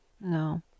No